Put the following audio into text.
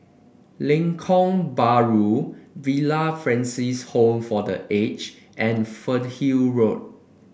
Lengkok Bahru Villa Francis Home for The Aged and Fernhill Road